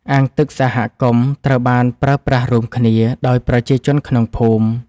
អាងទឹកសហគមន៍ត្រូវបានប្រើប្រាស់រួមគ្នាដោយប្រជាជនក្នុងភូមិ។